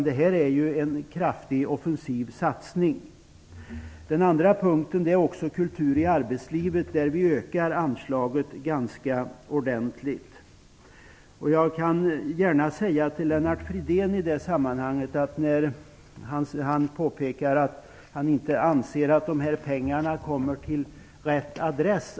Det är en kraftig offensiv satsning. Den andra punkten är kultur i arbetslivet, där vi ökar anslaget ganska ordentligt. Jag vill gärna i detta sammanhang rikta mig till Lennart Fridén. Han påpekar att han inte anser att dessa pengar alltid kommer till rätt adress.